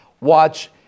watch